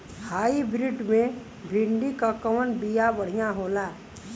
Hybrid मे भिंडी क कवन बिया बढ़ियां होला?